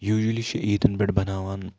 یوٗجولی چھِ عیٖدَن پٮ۪ٹھ بِناوان